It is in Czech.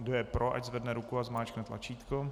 Kdo je pro, ať zvedne ruku a zmáčkne tlačítko.